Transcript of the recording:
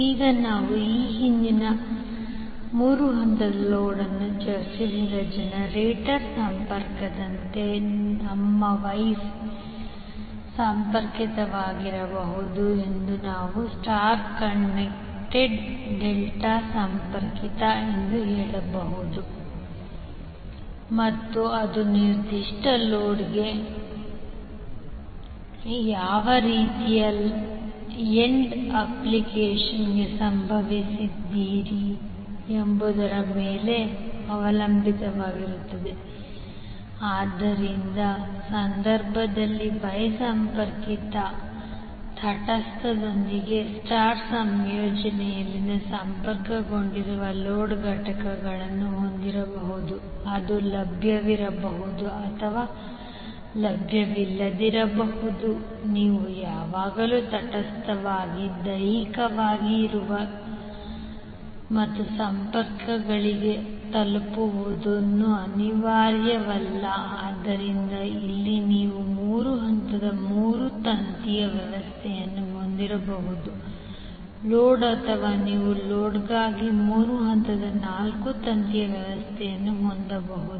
ಈಗ ನಾವು ಈ ಹಿಂದೆ ಮೂರು ಹಂತದ ಲೋಡ್ ಅನ್ನು ಚರ್ಚಿಸಿದ ಜನರೇಟರ್ ಸಂಪರ್ಕದಂತೆ ನಿಮ್ಮ ವೈ ಸಂಪರ್ಕಿತವಾಗಬಹುದು ಅಥವಾ ನೀವು ಸ್ಟಾರ್ ಕನೆಕ್ಟೆಡ್ ಅಥವಾ ಡೆಲ್ಟಾ ಸಂಪರ್ಕಿತ ಎಂದು ಹೇಳಬಹುದು ಮತ್ತು ಅದು ನಿರ್ದಿಷ್ಟ ಲೋಡ್ಗೆ ನೀವು ಯಾವ ರೀತಿಯ ಎಂಡ್ ಅಪ್ಲಿಕೇಶನ್ಗೆ ಸಂಬಂಧಿಸಿದ್ದೀರಿ ಎಂಬುದರ ಮೇಲೆ ಅವಲಂಬಿತವಾಗಿರುತ್ತದೆ ಆದ್ದರಿಂದ ಸಂದರ್ಭದಲ್ಲಿ Y ಸಂಪರ್ಕಿತ ನೀವು ತಟಸ್ಥದೊಂದಿಗೆ star ಸಂಯೋಜನೆಯಲ್ಲಿ ಸಂಪರ್ಕಗೊಂಡಿರುವ ಲೋಡ್ ಘಟಕಗಳನ್ನು ಹೊಂದಿರಬಹುದು ಅದು ಲಭ್ಯವಿರಬಹುದು ಅಥವಾ ಲಭ್ಯವಿಲ್ಲದಿರಬಹುದು ನೀವು ಯಾವಾಗಲೂ ತಟಸ್ಥವಾಗಿ ದೈಹಿಕವಾಗಿ ಇರುವುದು ಮತ್ತು ಸಂಪರ್ಕಗಳಿಗೆ ತಲುಪುವುದು ಅನಿವಾರ್ಯವಲ್ಲ ಆದ್ದರಿಂದ ಇಲ್ಲಿ ನೀವು ಮೂರು ಹಂತದ ಮೂರು ತಂತಿ ವ್ಯವಸ್ಥೆಯನ್ನು ಹೊಂದಿರಬಹುದು ಲೋಡ್ ಅಥವಾ ನೀವು ಲೋಡ್ಗಾಗಿ ಮೂರು ಹಂತದ ನಾಲ್ಕು ತಂತಿ ವ್ಯವಸ್ಥೆಯನ್ನು ಹೊಂದಬಹುದು